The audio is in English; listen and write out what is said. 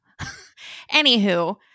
Anywho